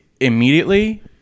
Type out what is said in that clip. immediately